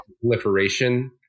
proliferation